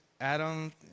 Adam